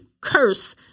curse